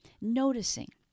noticing